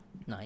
Nice